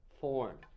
form